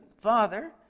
Father